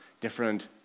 different